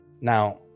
Now